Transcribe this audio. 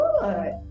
good